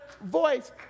voice